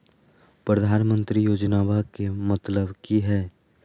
प्रधानमंत्री योजनामा के मतलब कि हय?